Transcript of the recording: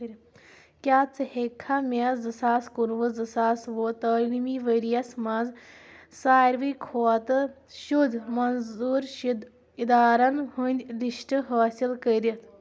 کیٛاہ ژٕ ہیٚککھا مےٚ زٕ ساس کُنوُہ زٕ ساس وُہ تعلیٖمی ؤرۍ یَس مَنٛز ساروٕے کھۄتہٕ شُد منظوٗر شدٕ اِدارن ہٕنٛدۍ لسٹہٕ حٲصِل کٔرِتھ